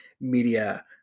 media